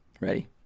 Ready